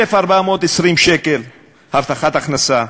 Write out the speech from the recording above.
1,420 שקל הבטחת הכנסה,